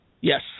Yes